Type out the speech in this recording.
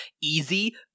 easy